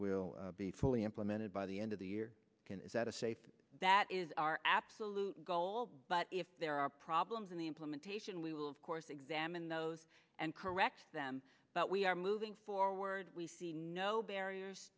will be fully implemented by the end of the year at a safe that is our absolute goal but if there are problems in the implementation we will of course examine those and correct them but we are moving forward we see no barriers